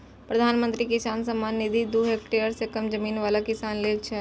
प्रधानमंत्री किसान सम्मान निधि दू हेक्टेयर सं कम जमीन बला किसान लेल छै